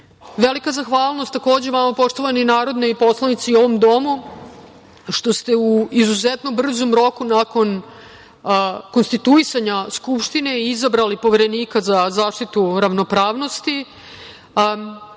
velika zahvalnost vama, poštovani narodni poslanici u ovom domu, što ste u izuzetno brzom roku nakon konstituisanja Skupštine izabrali Poverenika za zaštitu ravnopravnosti,